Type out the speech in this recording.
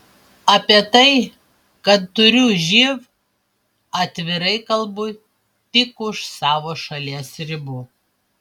apie tai kad turiu živ atvirai kalbu tik už savo šalies ribų